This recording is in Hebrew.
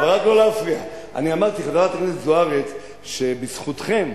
אני אמרתי, חברת הכנסת זוארץ, שבזכותכם,